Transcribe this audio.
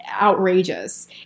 outrageous